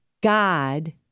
God